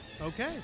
Okay